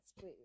please